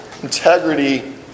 integrity